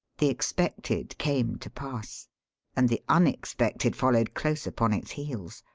the expected came to pass and the unexpected followed close upon its heels.